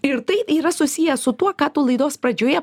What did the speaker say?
ir tai yra susiję su tuo ką tu laidos pradžioje